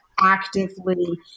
actively